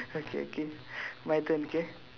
okay okay my turn okay